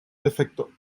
defecto